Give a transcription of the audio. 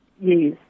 Yes